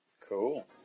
Cool